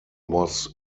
was